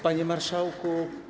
Panie Marszałku!